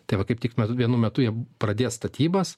tai va kaip tik metu vienu metu jie pradės statybas